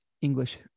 english